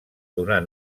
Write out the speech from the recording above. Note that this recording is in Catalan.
donar